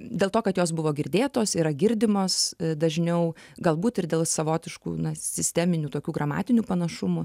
dėl to kad jos buvo girdėtos yra girdimos dažniau galbūt ir dėl savotiškų na sisteminių tokių gramatinių panašumų